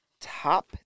top